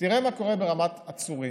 תראה מה קורה ברמת העצורים.